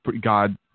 God